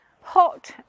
hot